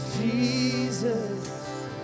Jesus